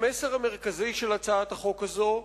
המסר המרכזי של הצעת החוק הזאת הוא: